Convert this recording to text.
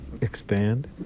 expand